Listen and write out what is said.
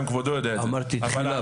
כבודו יודע את זה --- אמרתי בתחילה,